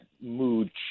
mood